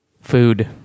Food